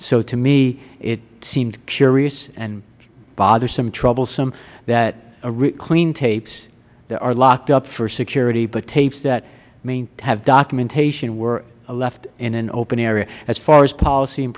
so to me it seemed curious and bothersome troublesome that clean tapes are locked up for security but tapes that have documentation were left in an open area as far as policy